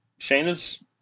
Shayna's